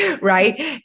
Right